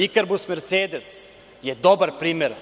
Ikarbus“, „Mercedes“ je dobar primer.